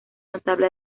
notable